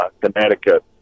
Connecticut